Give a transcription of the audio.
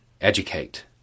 educate